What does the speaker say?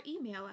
email